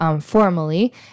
formally